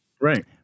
right